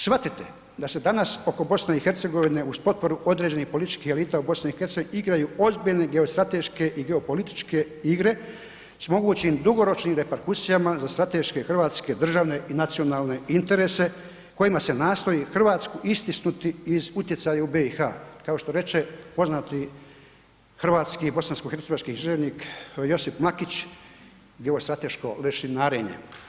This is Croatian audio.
Shvatite da se danas oko BiH uz potporu određenih političkih elita u BiH igraju ozbiljne geostrateške i geopolitičke igre sa mogućim dugoročnim reperkusijama za strateške hrvatske državne i nacionalne interese kojima se nastoji Hrvatsku istisnuti iz utjecaja u BiH, kao što reče poznati hrvatski bosansko-hercegovački književnik Josip Mlakić geostrateško lešinarenje.